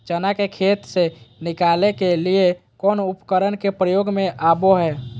चना के खेत से निकाले के लिए कौन उपकरण के प्रयोग में आबो है?